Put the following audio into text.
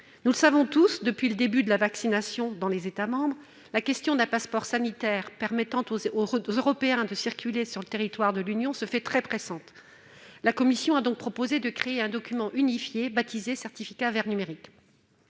Nous le savons tous, depuis le début de la vaccination dans les États membres, la question d'un passeport sanitaire permettant aux Européens de circuler sur le territoire de l'Union se fait très pressante. La Commission a donc proposé de créer un document unifié, baptisé « certificat vert numérique ».